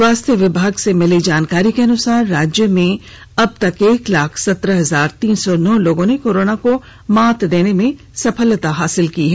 स्वास्थ्य विभाग से मिली जानकारी अनुसार राज्य में अब तक एक लाख सत्रह हजार तीन सौ नौ लोगों ने कोरोना को मात देने में सफलता हासिल की है